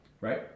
right